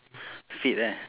fit eh